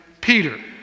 Peter